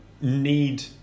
need